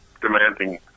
demanding